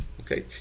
Okay